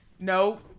no